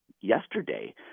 Yesterday